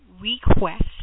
request